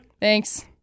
Thanks